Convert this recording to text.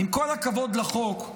עם כל הכבוד לחוק,